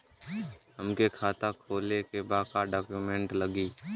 हमके खाता खोले के बा का डॉक्यूमेंट लगी?